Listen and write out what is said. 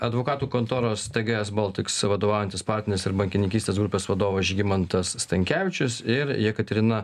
advokatų kontoros tgs boltiks vadovaujantis partneris ir bankininkystės grupės vadovas žygimantas stankevičius ir jekaterina